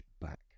back